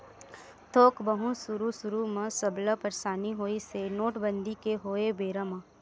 थोक बहुत सुरु सुरु म सबला परसानी होइस हे नोटबंदी के होय बेरा म